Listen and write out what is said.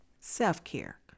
Self-care